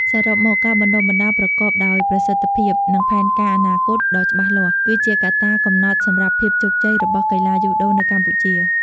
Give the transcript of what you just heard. សរុបមក ការបណ្តុះបណ្តាលប្រកបដោយប្រសិទ្ធភាព និងផែនការអនាគតដ៏ច្បាស់លាស់ គឺជាកត្តាកំណត់សម្រាប់ភាពជោគជ័យរបស់កីឡាយូដូនៅកម្ពុជា ។